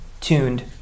tuned